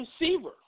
receiver